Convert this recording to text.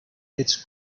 its